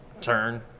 turn